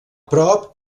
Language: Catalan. prop